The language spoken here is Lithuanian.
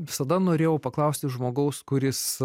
visada norėjau paklausti žmogaus kuris